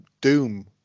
Doom